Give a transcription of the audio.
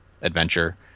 adventure